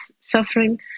suffering